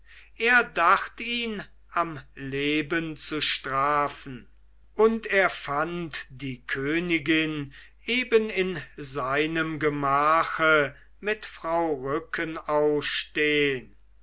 er dacht ihn am leben zu strafen und er fand die königin eben in seinem gemache mit frau